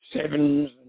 sevens